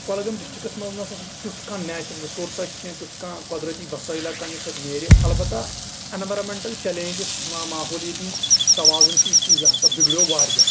Kulgam districts منٛز نہ سا چھُ تُتھ کانٛہہ نیچرل رِسورسا تیُتھ کانٛہہ تیٚتھ کانٛہہ قۄدرٔتی وَسٲیلہ کانہہ یُس اَتہِ نیرِ اَلبتہ ایٚنورمینٹل چلینجز ماحولَیتی تَوازُن چھُ یہِ ہاسا بِگڑیو واریاہ